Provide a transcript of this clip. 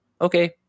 Okay